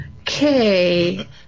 okay